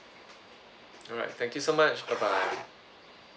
alright thank you so much bye bye